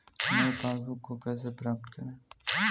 नई पासबुक को कैसे प्राप्त करें?